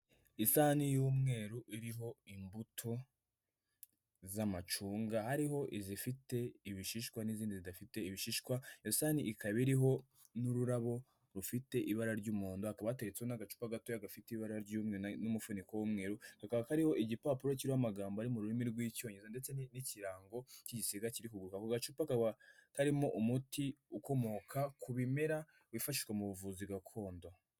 Isahani y'umweru iriho imbuto z'amacunga hariho izifite ibishishwa n'izindi zidafite ibishishwa, iyo sahani ikaba iriho n'ururabo rufite ibara ry'umuhondo hakaba hateretseho n'agacupa gato gafite ibara ry'umweru n'umufuniko w'umweru, kakaba kariho igipapuro kirimo amagambo ari mu rurimi rw'icyongereza ndetse n'ikirango cy'igisiga kiri kuguruka, ako gacupa kaba karimo umuti ukomoka ku bimera wifashishwa mu buvuzi gakondo.